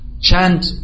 chant